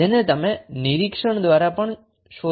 જેને તમે નિરીક્ષણ દ્વારા પણ શોધી શકો છો